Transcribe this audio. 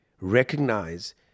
recognize